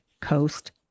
Coast